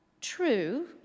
True